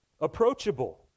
approachable